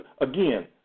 again